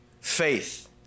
faith